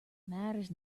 matters